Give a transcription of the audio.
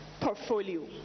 portfolio